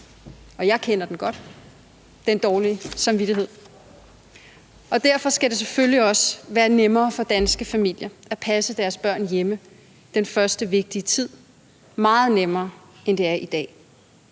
og jeg kender den godt, altså den dårlige samvittighed. Derfor skal det selvfølgelig også være nemmere for danske familier at passe deres børn hjemme den første vigtige tid – meget nemmere, end det er i dag.